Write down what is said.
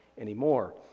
anymore